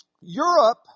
Europe